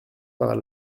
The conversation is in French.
par